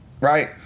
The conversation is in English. right